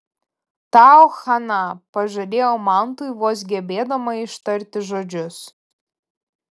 tau chana pažadėjau mantui vos gebėdama ištarti žodžius